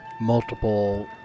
multiple